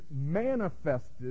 manifested